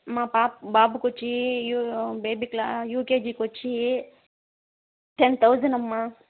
మా పాప బాబుకొచ్చి బేబీ క్లా యూకేజీకి వచ్చి టెన్ థౌజండ్ అమ్మా